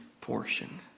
portion